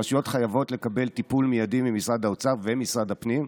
הרשויות חייבות לקבל טיפול מיידי ממשרד האוצר וממשרד הפנים,